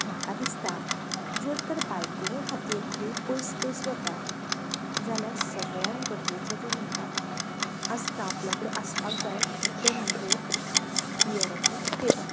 म्हाका दिसता जर तर बायकिंगे खातीर खंय पयस पयस वता जाल्या सगळ्यान गरजेचें तें म्हणटा आसता आपल्या कडेन आसपाक जाय तें म्हणजे गियराचो केबल